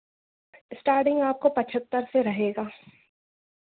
starting आपको पचहत्तर से रहेगा